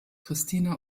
christina